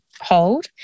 hold